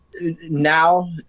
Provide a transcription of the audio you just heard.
Now